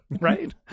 right